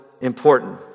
important